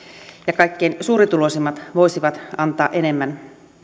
ja kaikkein suurituloisimmat voisivat antaa enemmän